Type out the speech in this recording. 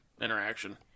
interaction